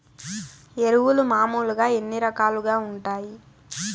ఎరువులు మామూలుగా ఎన్ని రకాలుగా వుంటాయి?